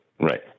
right